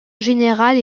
générale